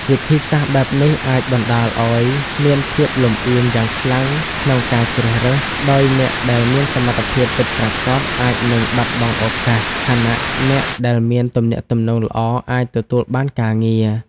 វិធីសាស្ត្របែបនេះអាចបណ្ដាលឲ្យមានភាពលំអៀងយ៉ាងខ្លាំងក្នុងការជ្រើសរើស ដោយអ្នកដែលមានសមត្ថភាពពិតប្រាកដអាចនឹងបាត់បង់ឱកាស ខណៈអ្នកដែលមានទំនាក់ទំនងល្អអាចទទួលបានការងារ។